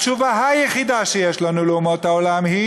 התשובה היחידה שיש לנו לאומות העולם היא